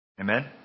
Amen